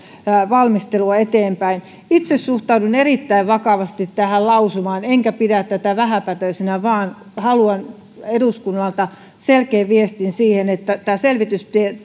valmisteluamme eteenpäin itse suhtaudun erittäin vakavasti tähän lausumaan enkä pidä tätä vähäpätöisenä vaan haluan eduskunnalta selkeän viestin siihen että tämä selvitystyö